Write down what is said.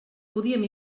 podíem